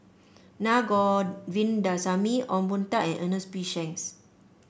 Na Govindasamy Ong Boon Tat and Ernest P Shanks